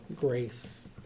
grace